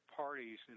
parties